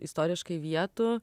istoriškai vietų